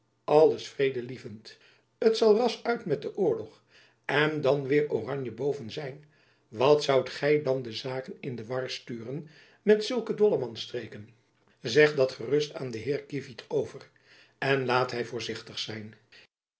alles vredelievend t zal ras uit met den oorlog en dan weêr oranje boven zijn wat zoudt gy dan de zaken in de war sturen met zulke dollemans streken zeg dat gerust aan den heer kievit over en laat hy voorzichtig zijn